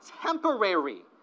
temporary